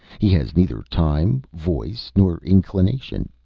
he has neither time, voice, nor inclination.